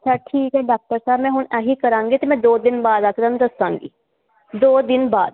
ਠੀਕ ਹੈ ਡਾਕਟਰ ਸਾਹਿਬ ਨੇ ਹੁਣ ਇਹੀ ਕਰਾਂਗੀ ਤੇ ਮੈਂ ਦੋ ਦਿਨ ਬਾਅਦ ਅਕਰਮ ਦੱਸਾਂਗੀ ਦੋ ਦਿਨ ਬਾਅਦ